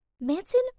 Manson